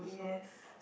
yes